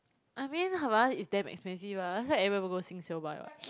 I mean havainas is damn expensive ah last time everybody go Singsale buy [what]